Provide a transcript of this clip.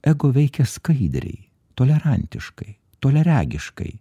ego veikia skaidriai tolerantiškai toliaregiškai